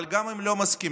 אבל גם אם לא מסכימים,